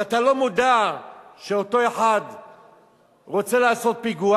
ואתה לא מודע שאותו אחד רוצה לעשות פיגוע,